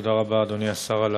תודה רבה, אדוני השר, על